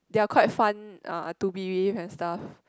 they are quite fun uh to be with and stuff